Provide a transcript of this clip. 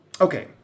okay